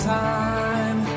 time